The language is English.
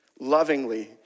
lovingly